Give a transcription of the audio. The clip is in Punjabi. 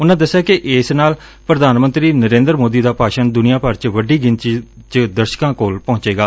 ਉਨਾਂ ਦਸਿਆ ਕਿ ਇਸ ਨਾਲ ਪ੍ਰਧਾਨ ਮੰਤਰੀ ਨਰੇਂਦਰ ਮੋਦੀ ਦਾ ਭਾਸ਼ਣ ਦੁਨੀਆਂ ਭਰ ਚ ਵੱਡੀ ਗਿਣਤੀ ਚ ਦਰਸ਼ਕਾ ਕੋਲ ਪਹੂੰਚੇਗਾ